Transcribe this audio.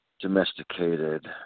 Domesticated